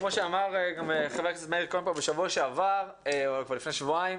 כמו שאמר חבר הכנסת מאיר כהן בשבוע שעבר או לפני שבועיים,